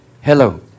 hello